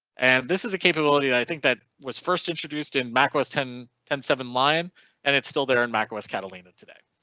and this is a capability. i think that was first introduced in mac os, ten ten seven lion and it's still there in mac os catalina today.